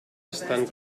están